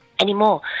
anymore